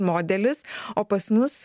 modelis o pas mus